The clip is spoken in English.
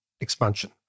expansion